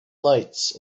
lights